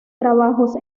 trabajos